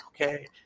okay